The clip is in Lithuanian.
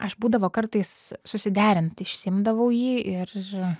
aš būdavo kartais susiderint išsiimdavau jį ir